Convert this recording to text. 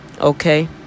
Okay